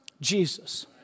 Jesus